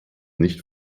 nicht